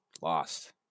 Lost